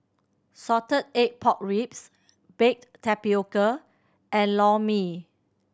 salted egg pork ribs baked tapioca and Lor Mee